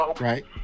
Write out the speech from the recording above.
right